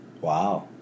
Wow